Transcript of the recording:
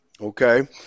Okay